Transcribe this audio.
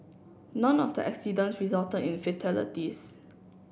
none of the accident resulted in fatalities